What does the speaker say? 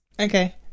Okay